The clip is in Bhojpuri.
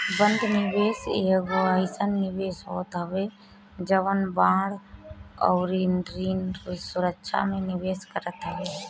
बंध निवेश एगो अइसन निवेश होत हवे जवन बांड अउरी ऋण सुरक्षा में निवेश करत हवे